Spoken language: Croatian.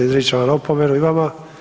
Izričem vam opomenu i vama.